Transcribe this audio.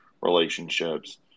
relationships